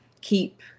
keep